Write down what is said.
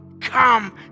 come